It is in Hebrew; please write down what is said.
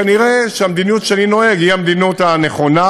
כנראה שהמדיניות שאני נוהג היא המדיניות הנכונה.